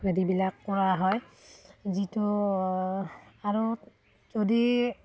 এইবিলাক কৰা হয় যিটো আৰু যদি